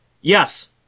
Yes